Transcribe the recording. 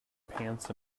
pants